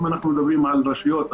אם מדברים על רשויות,